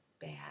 bad